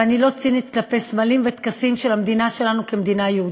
ואני לא צינית כלפי סמלים וטקסים של המדינה שלנו כמדינה יהודית.